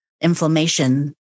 inflammation